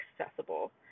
accessible